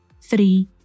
three